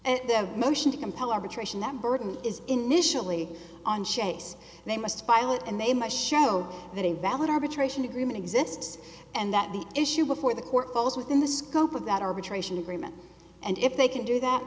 and then motion to compel arbitration that burden is initially on chase they must pilot and they must show that a valid arbitration agreement exists and that the issue before the court falls within the scope of that arbitration agreement and if they can do that